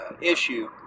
issue